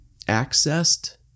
accessed